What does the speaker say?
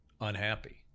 unhappy